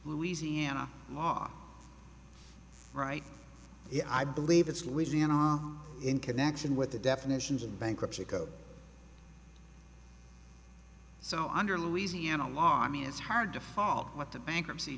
louisiana law right i believe it's louisiana in connection with the definitions of bankruptcy code so under louisiana law i mean it's hard to follow what the bankruptcy